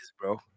bro